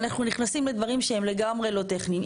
ואנחנו נכנסים לדברים שהם לגמרי לא טכניים.